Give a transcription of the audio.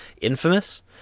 Infamous